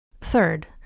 Third